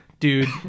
Dude